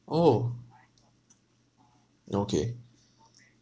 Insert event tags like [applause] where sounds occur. oh okay [breath]